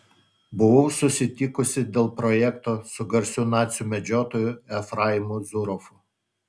buvau susitikusi dėl projekto su garsiu nacių medžiotoju efraimu zuroffu